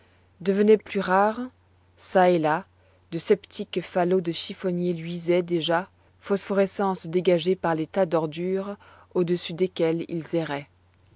devenaient plus rares çà et là de sceptiques falots de chiffonniers luisaient déjà phosphorescences dégagées par les tas d'ordures au-dessus desquels ils